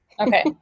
Okay